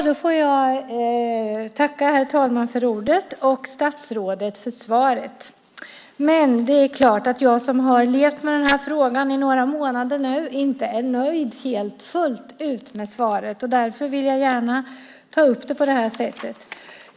Herr talman! Tack, statsrådet, för svaret! Men det är klart att jag som har levt med den här frågan i några månader nu inte är fullt ut nöjd med svaret. Därför vill jag gärna ta upp frågan på det här sättet.